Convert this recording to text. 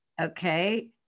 okay